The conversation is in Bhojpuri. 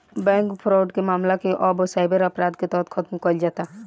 बैंक फ्रॉड के मामला के अब साइबर अपराध के तहत खतम कईल जाता